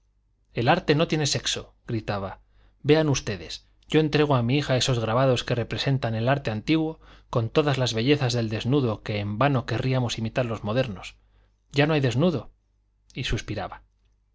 el arte no tiene sexo gritaba vean ustedes yo entrego a mi hija esos grabados que representan el arte antiguo con todas las bellezas del desnudo que en vano querríamos imitar los modernos ya no hay desnudo y suspiraba